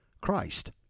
Christ